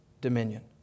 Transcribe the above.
dominion